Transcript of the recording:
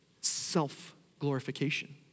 self-glorification